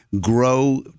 grow